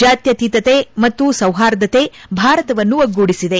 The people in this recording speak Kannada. ಜಾತ್ಖತೀತತೆ ಮತ್ತು ಸೌಹಾರ್ದತೆ ಭಾರತವನ್ನು ಒಗ್ಗೂಡಿಬಿದೆ